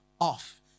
off